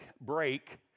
break